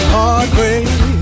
Heartbreak